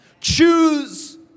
Choose